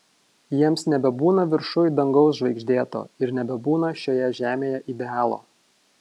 jiems nebebūna viršuj dangaus žvaigždėto ir nebebūna šioje žemėje idealo